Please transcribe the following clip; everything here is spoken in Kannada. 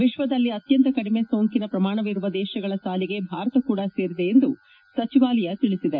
ವಿಶ್ವದಲ್ಲಿ ಅತ್ಯಂತ ಕಡಿಮೆ ಸೋಂಕಿನ ಪ್ರಮಾಣವಿರುವ ದೇಶಗಳ ಸಾಲಿಗೆ ಭಾರತ ಕೂಡ ಸೇರಿದೆ ಎಂದು ಸಚವಾಲಯ ತಿಳಿಸಿದೆ